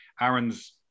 Aaron's